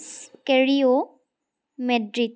কেৰিঅ' Madrid